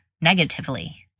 negatively